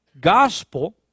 gospel